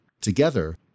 Together